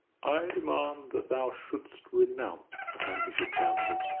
i demand that thou shouldst renounce the hand of this damsel.